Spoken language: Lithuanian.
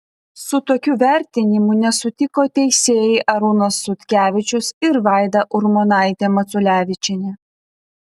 su tokiu vertinimu nesutiko teisėjai arūnas sutkevičius ir vaida urmonaitė maculevičienė